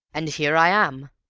and here i am!